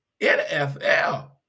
NFL